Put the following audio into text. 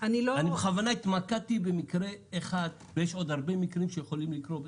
אני בכוונה התמקדתי במקרה אחד ויש עוד הרבה מקרים שיכולים לקרות.